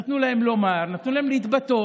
נתנו להם לומר, נתנו להם להתבטא.